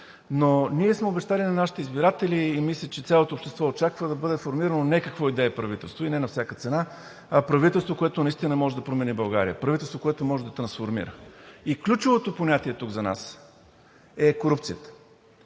но ние сме обещали на нашите избиратели. Мисля, че цялото общество очаква да бъде формирано не какво и да е правителство и не на всяка цена, а правителство, което наистина може да промени България, правителство, което може да трансформира, и ключовото понятие тук за нас е корупцията.